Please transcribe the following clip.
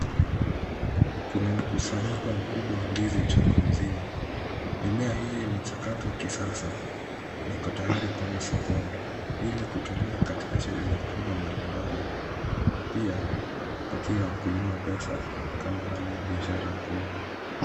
Kuna mkusanyiko wa ndizi chungu mzima, mimea hiyo imechakatwa kisasa na iko tayari kuenda sokoni ili kutumika katika shuguli ya kula mbalimbali na pia kupatia wakulima pesa kama hali ya biashara kwao.